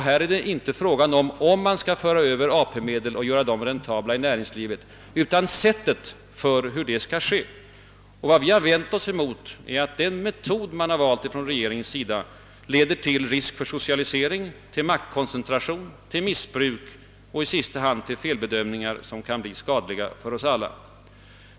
Här är det inte fråga om huruvida man skall överföra AP-medel och göra dem räntabla i näringslivet utan sättet för hur det skall äga rum. Vad vi vänt oss emot är att den metod som regeringen valt leder till risk för socialisering, maktkoncentration, missbruk och i sista hand till felbedömningar som kan bli skadliga för oss alla.